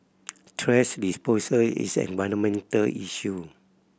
thrash disposal is an environmental issue